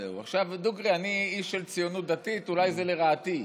דוגרי, אני איש של הציונות הדתית, אולי זה לרעתי,